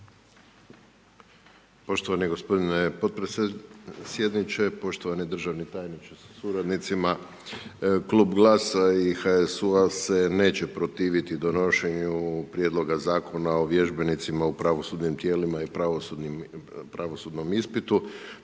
Poštovani gospodine potpredsjedniče. Poštovani državni tajniče sa suradnicima, Klub GLAS-a i HSU-a se neće protiviti donošenju prijedloga zakona o vježbenicima u pravosudnim tijelima i pravosudnom ispitu.